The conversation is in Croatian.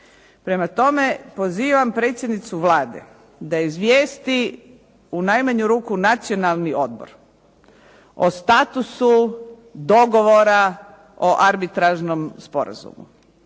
Prema tome, pozivam predsjednicu Vlade da izvijesti u najmanju ruku Nacionalni odbor o statusu dogovora o arbitražnom sporazumu